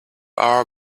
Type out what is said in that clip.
are